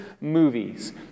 movies